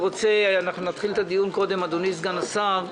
נתחיל את הדיון, אדוני סגן השר,